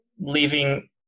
leaving